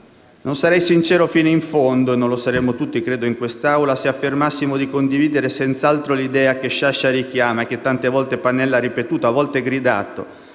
Non sarei sincero sino in fondo, non lo saremmo tutti, in quest'Aula, se affermassimo di condividere senz'altro l'idea, che Sciascia richiama e che tante volte Pannella ha ripetuto, a volte gridato,